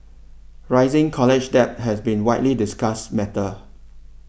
rising college debt has been widely discussed matter